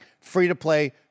free-to-play